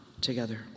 together